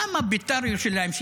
למה בית"ר ירושלים,